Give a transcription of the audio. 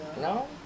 No